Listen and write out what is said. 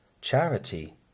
charity